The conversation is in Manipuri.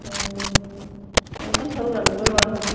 ꯑꯣ ꯑꯃꯨꯛꯇꯪ ꯁꯔꯨꯀ ꯌꯥꯅꯤꯡꯕꯒꯤ ꯋꯥꯅꯤꯗ